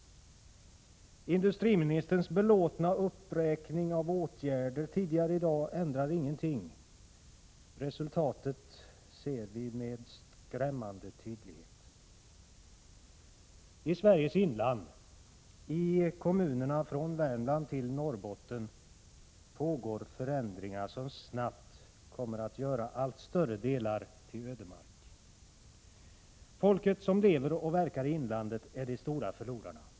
Industriministerns belåtna uppräkning av åtgärder tidigare i dag ändrar ingenting. Resultatet ser vi med skrämmande tydlighet. I Sveriges inland, i kommunerna från Värmland till Norrbotten, pågår förändringar som snabbt kommer att göra allt större delar till ödemark. Folket som lever och verkar i inlandet är de stora förlorarna.